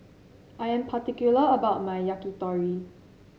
I am particular about my Yakitori